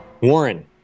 Warren